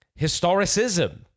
historicism